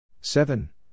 Seven